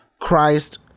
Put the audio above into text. Christ